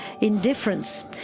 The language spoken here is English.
Indifference